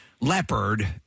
Leopard